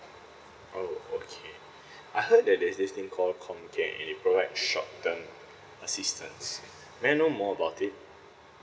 oh okay I heard that there's this thing call comcare and it provide short term assistance may I know more about it